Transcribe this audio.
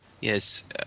Yes